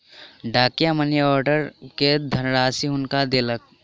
डाकिया money order के धनराशि हुनका देलक